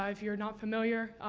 if you're not familiar,